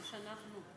יש "אנחנו".